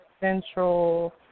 Central